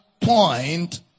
point